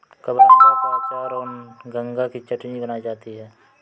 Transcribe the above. कबरंगा का अचार और गंगा की चटनी बनाई जाती है